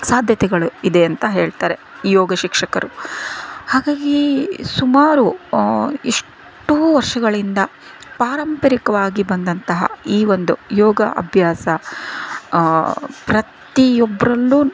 ಸಾಧ್ಯತೆಗಳು ಇದೆ ಅಂತ ಹೇಳ್ತಾರೆ ಯೋಗ ಶಿಕ್ಷಕರು ಹಾಗಾಗಿ ಸುಮಾರು ಎಷ್ಟೋ ವರ್ಷಗಳಿಂದ ಪಾರಂಪರಿಕವಾಗಿ ಬಂದಂತಹ ಈ ಒಂದು ಯೋಗ ಅಭ್ಯಾಸ ಪ್ರತಿಯೊಬ್ರಲ್ಲೂ